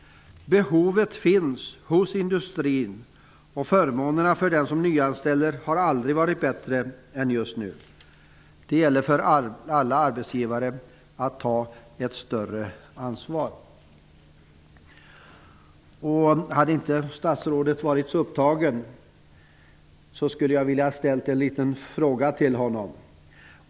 Behovet finns hos industrin, och förmånerna för dem som nyanställer har aldrig varit bättre än just nu. Det gäller för alla arbetsgivare att ta ett större ansvar. Om inte statsrådet är alltför upptagen, vill jag ställa en liten fråga till honom.